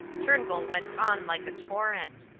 turnbull went on like a torrent.